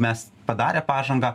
mes padarę pažangą